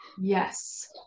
Yes